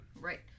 right